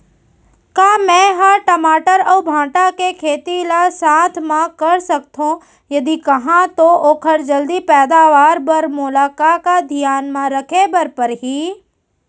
का मै ह टमाटर अऊ भांटा के खेती ला साथ मा कर सकथो, यदि कहाँ तो ओखर जलदी पैदावार बर मोला का का धियान मा रखे बर परही?